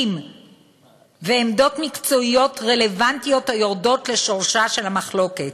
ועמדות מקצועיות רלוונטיות היורדות לשורשה של המחלוקת.